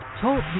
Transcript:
talk